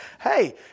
hey